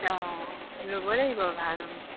অঁ ল'ব লাগিব ভাল